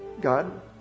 God